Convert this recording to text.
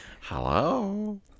hello